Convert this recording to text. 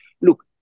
Look